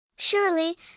Surely